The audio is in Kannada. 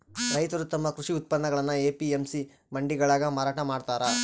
ರೈತರು ತಮ್ಮ ಕೃಷಿ ಉತ್ಪನ್ನಗುಳ್ನ ಎ.ಪಿ.ಎಂ.ಸಿ ಮಂಡಿಗಳಾಗ ಮಾರಾಟ ಮಾಡ್ತಾರ